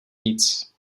víc